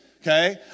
okay